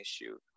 issue